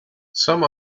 some